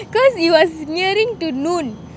because it was nearing to noon